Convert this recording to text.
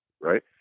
right